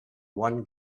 one